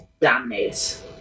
dominates